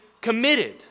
committed